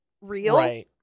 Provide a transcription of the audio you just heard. real